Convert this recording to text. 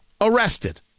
arrested